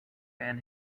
and